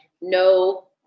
no